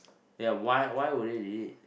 ya why why would they delete